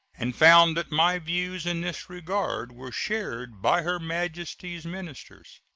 and found that my views in this regard were shared by her majesty's ministers.